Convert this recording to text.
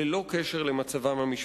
ללא תלות במצבם המשפחתי.